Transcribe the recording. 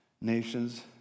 Nations